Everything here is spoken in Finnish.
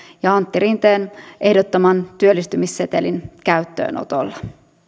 ja antti rinteen ehdottaman työllistymissetelin käyttöönotolla